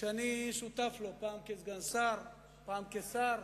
שאני שותף לו, פעם כסגן שר, פעם כשר,